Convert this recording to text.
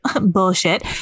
bullshit